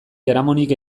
jaramonik